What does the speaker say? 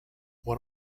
one